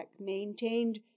maintained